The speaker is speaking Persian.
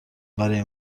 برای